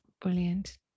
brilliant